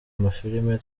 amafilimi